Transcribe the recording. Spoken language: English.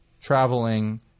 traveling